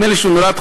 נדמה לי שהוא נולד,